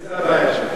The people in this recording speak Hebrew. אם זו הבעיה שלך.